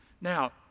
now